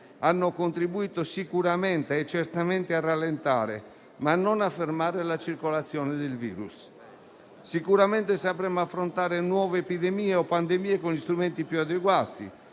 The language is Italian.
hanno contribuito certamente a rallentare, ma non a fermare la circolazione del virus. Sicuramente sapremo affrontare nuove epidemie o pandemie con gli strumenti più adeguati: